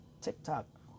TikTok